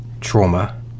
trauma